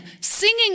singing